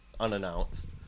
unannounced